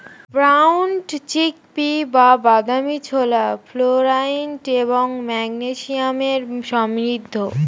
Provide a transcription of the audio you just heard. brown chick pea বা বাদামী ছোলা ফ্লোরাইড এবং ম্যাগনেসিয়ামে সমৃদ্ধ